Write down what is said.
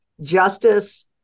Justice